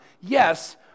Yes